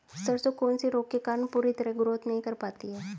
सरसों कौन से रोग के कारण पूरी तरह ग्रोथ नहीं कर पाती है?